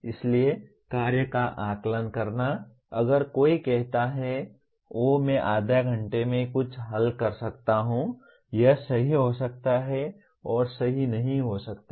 इसलिए कार्य का आकलन करना अगर कोई कहता है ओह मैं आधे घंटे में कुछ हल कर सकता हूं यह सही हो सकता है और सही नहीं हो सकता है